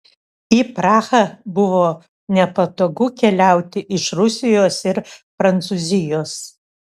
į prahą buvo nepatogu keliauti iš rusijos ir prancūzijos